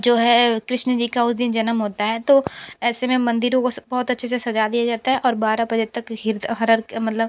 जो है कृष्ण जी का उस दिन जन्म होता है तो ऐसे में मंदिरों को बहुत अच्छे से सजा दिया जाता है और बारह बजे तक हिर्द मतलब